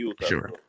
Sure